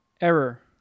Error